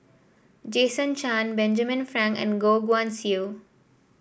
Jason Chan Benjamin Frank and Goh Guan Siew